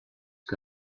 que